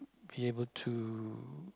be able to